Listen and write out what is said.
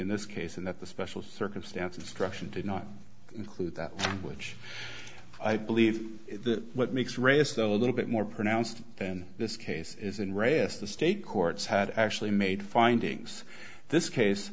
in this case and that the special circumstances struction did not include that which i believe what makes raised a little bit more pronounced in this case is in ras the state courts had actually made findings this case